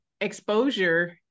exposure